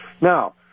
Now